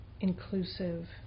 inclusive